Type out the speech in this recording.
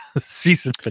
season